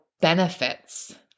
benefits